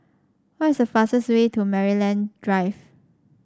what is the fastest way to Maryland Drive